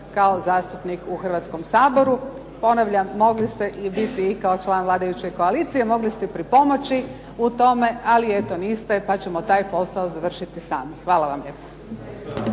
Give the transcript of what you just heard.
kao zastupnik u Hrvatskom saboru. Ponavljam, mogli ste biti kao član vladajuće koalicije, mogli se pripomoći u tome, ali eto niste, pa ćemo taj posao završiti sami. Hvala vam lijepo.